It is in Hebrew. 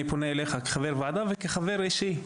אני פונה אליך כחבר ועדה וכחבר אישי,